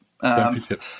Championship